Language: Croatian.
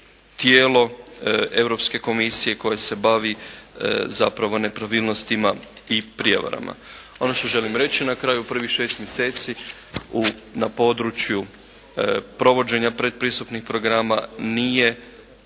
tijelo Europske Komisije koje se bavi zapravo nepravilnostima i prijevarama. Ono što želim reći na kraju prvih 6 mjeseci na području provođenja pretpristupnih programa nije